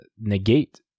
negate